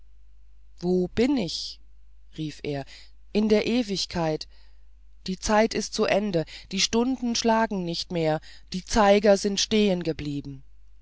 wo bin ich rief er in der ewigkeit die zeit ist zu ende die stunden schlagen nicht mehr die zeiger sind